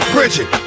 Bridget